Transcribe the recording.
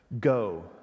go